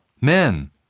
men